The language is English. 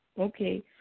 okay